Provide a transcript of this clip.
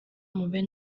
mube